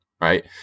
right